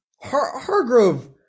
Hargrove